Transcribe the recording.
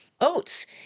Oats